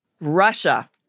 Russia